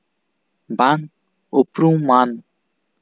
ᱵᱟᱝ ᱩᱯᱨᱩᱢ ᱢᱟᱱ